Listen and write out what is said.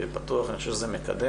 פתוח, ואני חושב שזה מקדם.